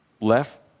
left